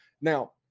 Now